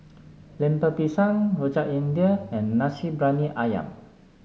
Lemper Pisang Rojak India and Nasi Briyani ayam